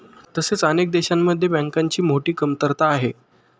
तसेच अनेक देशांमध्ये बँकांची मोठी कमतरता आहे